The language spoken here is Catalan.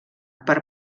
per